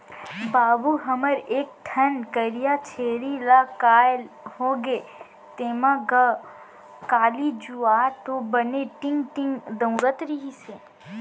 बाबू हमर एक ठन करिया छेरी ला काय होगे तेंमा गा, काली जुवार तो बने टींग टींग दउड़त रिहिस हे